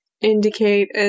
indicate